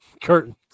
curtains